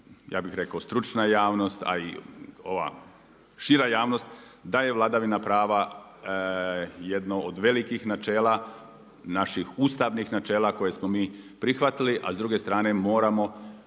ja bih rekao stručna javnost a i ova šira javnost da je vladavina prava jedno od velikih načela, naših ustavnih načela koje smo mi prihvatili a s druge strane moramo